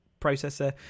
processor